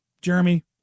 Jeremy